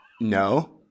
No